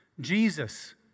Jesus